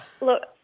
Look